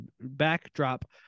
backdrop